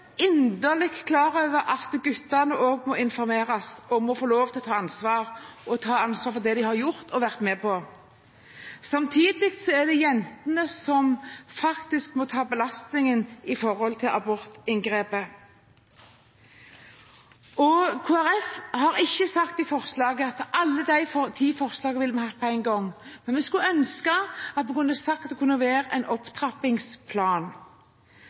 inderlig klar over at guttene også må informeres om å få lov til å ta ansvar, og ta ansvar for det de har gjort og vært med på. Samtidig er det jentene som faktisk må ta belastningen med abortinngrepet. Kristelig Folkeparti har ikke sagt at vi ville hatt alle de ti forslagene igjennom med en gang, men vi skulle ønske at vi kunne sagt at det kunne vært en opptrappingsplan.